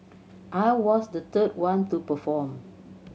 I was the third one to perform